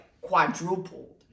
quadrupled